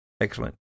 Excellent